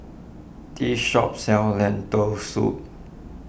this shop sells Lentil Soup